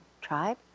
tribe